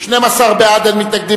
מי בעד, מי נגד,